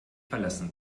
verlassen